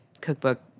Cookbook